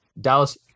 Dallas